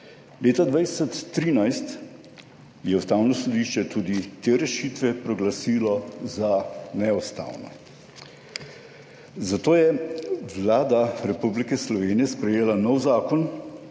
Leta 2013 je Ustavno sodišče tudi te rešitve proglasilo za neustavne, zato je Vlada Republike Slovenije sprejela nov